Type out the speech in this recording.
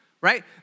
right